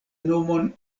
nomon